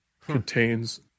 contains